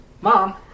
Mom